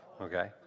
Okay